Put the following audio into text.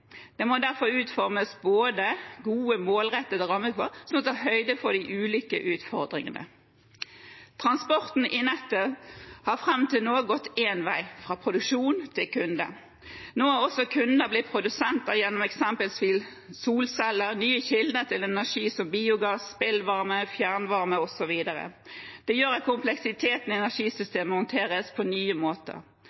Det må derfor utformes gode målrettede rammevilkår som tar høyde for de ulike utfordringene. Transporten i nettet har fram til nå gått én vei – fra produksjon til kunde. Nå er også kunder blitt produsenter gjennom eksempelvis solceller og nye kilder til energi, som biogass, spillvarme, fjernvarme, osv. Det gjør at kompleksiteten i